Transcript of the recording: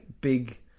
big